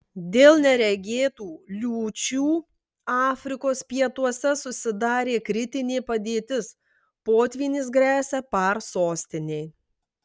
dėl neregėtų liūčių afrikos pietuose susidarė kritinė padėtis potvynis gresia par sostinei